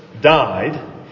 died